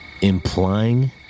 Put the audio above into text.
Implying